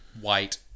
White